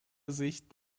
sicht